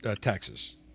taxes